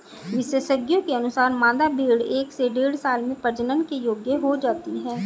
विशेषज्ञों के अनुसार, मादा भेंड़ एक से डेढ़ साल में प्रजनन के योग्य हो जाती है